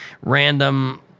random